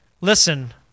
Listen